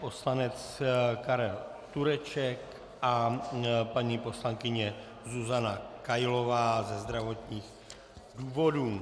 poslanec Karel Tureček a paní poslankyně Zuzana Kailová ze zdravotních důvodů.